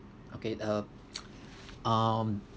okay uh um